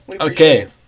Okay